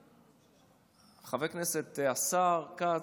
חבר הכנסת השר כץ,